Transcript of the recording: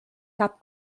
cap